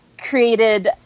created